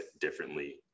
differently